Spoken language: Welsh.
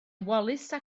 wallace